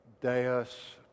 deus